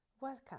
Welcome